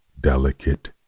delicate